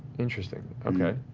interesting. okay.